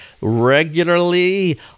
regularly